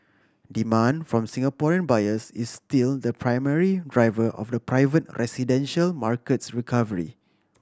demand from Singaporean buyers is still the primary driver of the private residential market's recovery